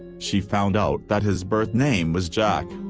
she found out that his birth name was jack.